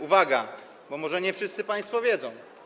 Uwaga, bo może nie wszyscy państwo wiedzą.